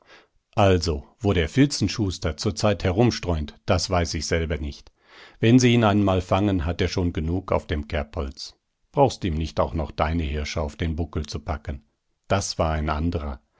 also wo der filzenschuster zurzeit herumstreunt das weiß ich selber nicht wenn sie ihn einmal fangen hat er schon genug auf dem kerbholz brauchst ihm nicht auch noch deine hirsche auf den buckel zu packen das war ein anderer